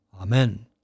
Amen